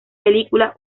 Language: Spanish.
película